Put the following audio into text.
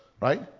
right